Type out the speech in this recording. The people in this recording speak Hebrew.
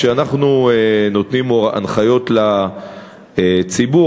כשאנחנו נותנים הנחיות לציבור,